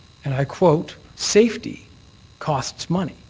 and i quote, safety costs money.